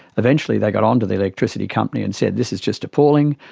eventually they got on to the electricity company and said, this is just appalling.